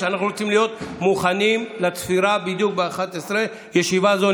עם הכניסה שלנו